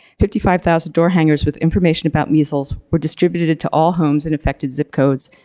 fifty five thousand door hangers with information about measles were distributed to all homes in affected zip codes.